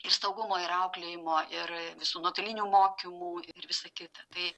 ir saugumo ir auklėjimo ir visų nuotolinių mokymų ir visa kita tai